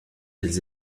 elles